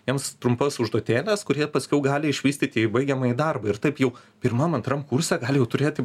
jiems trumpas užduotėles kur jie paskiau gali išvystyti į baigiamąjį darbą ir taip jau pirmam antram kurse gali jau turėti